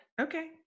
Okay